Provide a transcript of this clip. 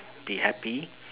be happy